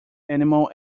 animal